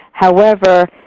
however,